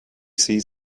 sees